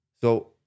So-